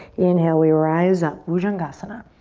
inhale, we rise up, bhujangasana.